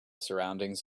surroundings